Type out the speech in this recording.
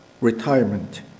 retirement